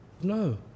No